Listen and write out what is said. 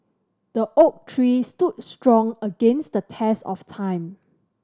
the oak tree stood strong against the test of time